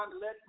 let